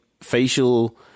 facial